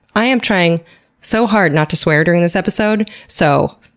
i am trying so hard not to swear during this episode. so,